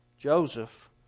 Joseph